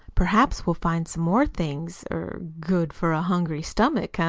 perhaps we'll find some more things er good for a hungry stomach, ah?